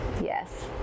yes